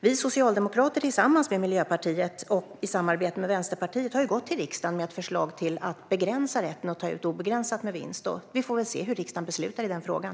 Vi socialdemokrater har tillsammans med Miljöpartiet och i samarbete med Vänsterpartiet gått till riksdagen med ett förslag om att begränsa rätten att ta ut obegränsat med vinst. Vi får väl se hur riksdagen beslutar i den frågan.